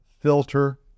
filter